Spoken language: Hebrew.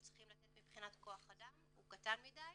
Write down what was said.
צריכים לתת מבחינת כח אדם הוא קטן מדי,